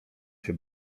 się